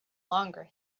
longer